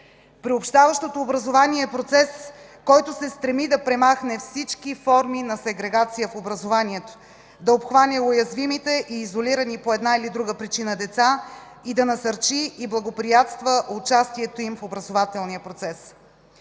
Приобщаващото образование е процес, който се стреми да премахне всички форми на сегрегация в образованието, да обхване уязвимите и изолирани по една или друга причина деца и да насърчи и благоприятства участието им в образователния процес.